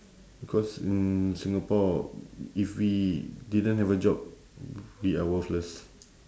because in singapore if we didn't have a job we are worthless